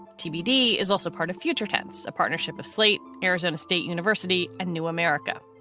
tbd is also part of future tense, a partnership of slate, arizona state university and new america.